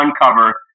uncover